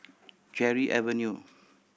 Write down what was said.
Cherry Avenue